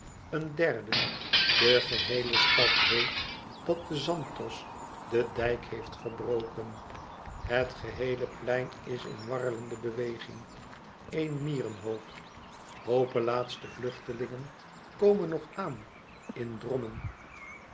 een derde de geheele stad weet dat de zanthos den dijk heeft verbroken het geheele plein is in warrelende beweging éen mierenhoop hoopen laatste vluchtelingen komen nog aan in drommen